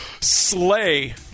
slay